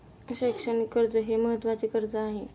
शैक्षणिक कर्ज हे महत्त्वाचे कर्ज आहे